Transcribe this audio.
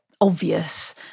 obvious